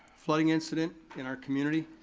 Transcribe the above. flooding incident in our community.